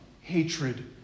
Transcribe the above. hatred